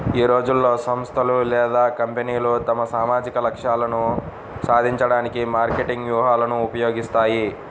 ఈ రోజుల్లో, సంస్థలు లేదా కంపెనీలు తమ సామాజిక లక్ష్యాలను సాధించడానికి మార్కెటింగ్ వ్యూహాలను ఉపయోగిస్తాయి